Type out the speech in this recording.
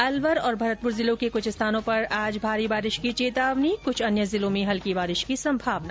अलवर और भरतपुर जिलों के क्छ स्थानों पर आज भारी बारिश की चेतावनी कुछ अन्य जिलों में हल्की बारिश की संभावना